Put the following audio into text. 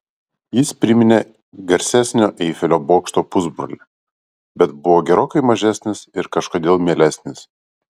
jis priminė garsesnio eifelio bokšto pusbrolį bet buvo gerokai mažesnis ir kažkodėl mielesnis